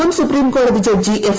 മുൻ സുപ്രീംകോടതി judge F